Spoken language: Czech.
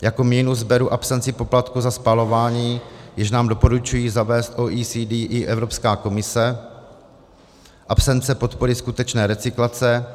Jako minus beru absenci poplatku za spalování, jejž nám doporučují zavést OECD i Evropská komise, absenci podpory skutečné recyklace.